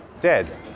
Dead